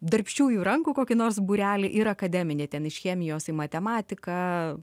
darbščiųjų rankų kokį nors būrelį ir akademinį ten iš chemijos į matematiką